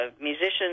musicians